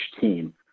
team